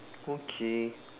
okay